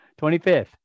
25th